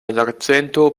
jarcento